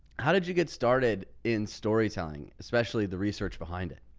how did you get started in storytelling, especially the research behind it.